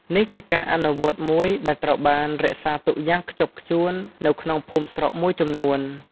នេះជាការអនុវត្តមួយដែលត្រូវបានរក្សាទុកយ៉ាងខ្ជាប់ខ្ជួននៅក្នុងភូមិស្រុកមួយចំនួន។